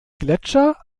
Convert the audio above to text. gletscher